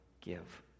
give